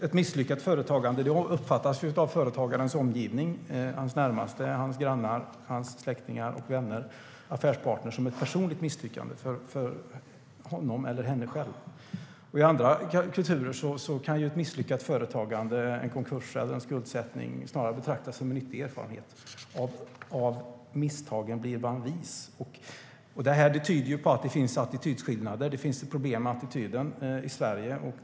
Ett misslyckat företagande uppfattas av företagarens omgivning, hans närmaste, hans grannar, hans släktingar och vänner och hans affärspartner som ett personligt misslyckande för honom eller henne själv. I andra kulturer kan ett misslyckat företagande, en konkurs eller en skuldsättning, snarare betraktas som en viktig erfarenhet: Av misstagen blir man vis. Det tyder på att det finns attitydskillnader. Det finns ett problem med attityden i Sverige.